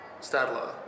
Stadler